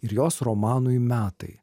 ir jos romanui metai